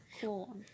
Cool